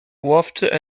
łowczy